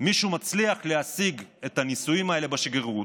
מישהו מצליח להשיג את הנישואים האלה בשגרירות,